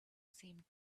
seemed